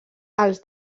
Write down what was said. els